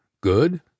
Good